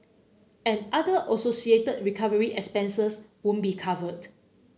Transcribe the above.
and other associated recovery expenses would be covered